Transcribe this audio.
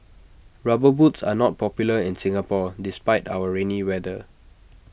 rubber boots are not popular in Singapore despite our rainy weather